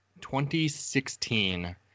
2016